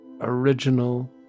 original